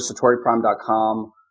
satoriprime.com